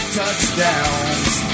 touchdowns